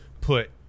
put